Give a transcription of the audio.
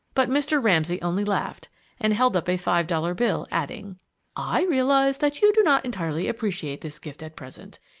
but mr. ramsay only laughed and held up a five dollar bill, adding i realize that you do not entirely appreciate this gift at present.